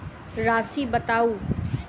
राशि बताउ